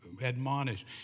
admonish